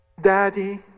daddy